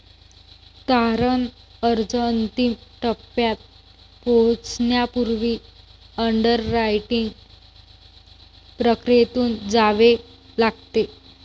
तारण अर्ज अंतिम टप्प्यात पोहोचण्यापूर्वी अंडररायटिंग प्रक्रियेतून जावे लागते